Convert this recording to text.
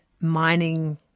mining